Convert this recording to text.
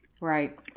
Right